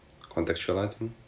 contextualizing